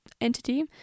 entity